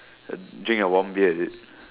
uh drink a warm beer is it